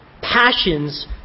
passions